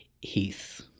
Heath